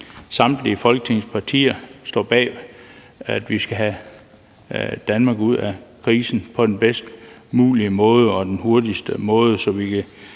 samtlige Folketingets partier, der står bag, at vi skal have Danmark ud af krisen på den bedst mulige og den hurtigste måde, så vi kan